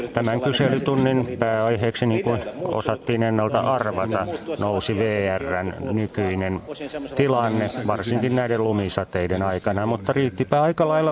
linja ei ole muuttunut mutta olosuhteiden muuttuessa lakia on tietenkin jouduttu puolustamaan osin semmoisella tavalla että se on aiheuttanut hämminkiä maailmalla